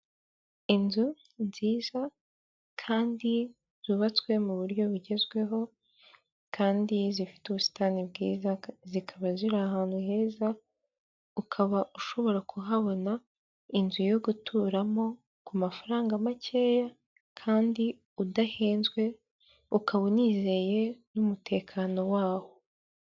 Inzu nziza kandi zubatswe mu buryo bugezweho, kandi zifite ubusitani bwiza, zikaba ziri ahantu heza ukaba ushobora kuhabona inzu yo guturamo ku mafaranga makeya kandi udahenzwe, ukaba unizeye n'umutekano waho.